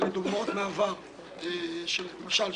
למעשה, על שלושה.